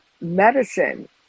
medicine